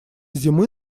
зимы